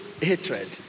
hatred